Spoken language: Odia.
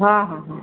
ହଁ ହଁ ହଁ